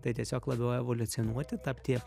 tai tiesiog labiau evoliucionuoti tapti